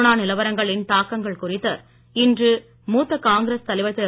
corona நிலவரங்களின் தாக்கங்கள் குறித்து இன்று மூத்த காங்கிரஸ் தலைவர் திரு